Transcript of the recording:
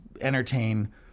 entertain